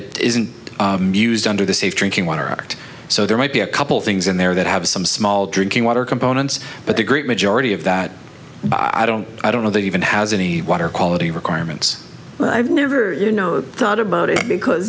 it isn't used under the safe drinking water act so there might be a couple things in there that have some small drinking water components but the great majority of that i don't i don't know that even has any water quality requirements and i've never you know thought about it because